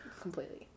Completely